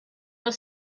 will